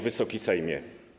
Wysoki Sejmie!